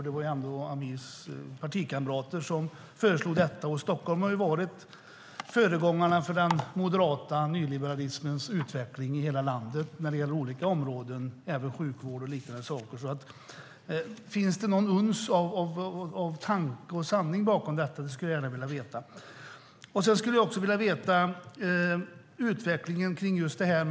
Det var ju Amirs partikamrater som föreslog detta, och Stockholm har varit föregångare för den moderata nyliberalismens utveckling i hela landet när det gäller olika områden, även sjukvård och annat. Finns det något uns av tanke och sanning bakom detta? Det skulle jag gärna vilja veta. Jag skulle också vilja veta någonting om utvecklingen av några andra saker.